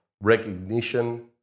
recognition